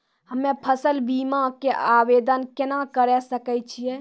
हम्मे फसल बीमा के आवदेन केना करे सकय छियै?